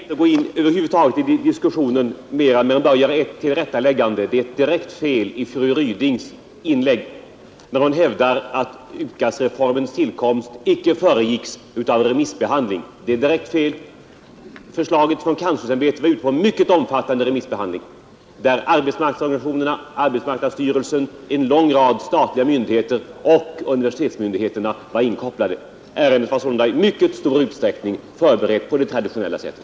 Fru talman! Jag skall inte gå in i diskussionen mera, men jag vill bara göra ett tillrättaläggande. Fru Rydings påstående att UKAS-reformens tillkomst inte föregicks av remissbehandling är helt felaktigt. Förslaget från UKÄ var ute på en mycket omfattande remissbehandling, dvs. löntagarorganisationerna och en lång rad statliga myndigheter förutom universitetsmyndigheterna. Ärendet var sålunda i vanlig ordning förberett.